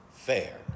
fair